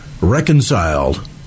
reconciled